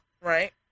Right